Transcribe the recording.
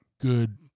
Good –